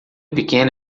pequeno